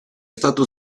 stato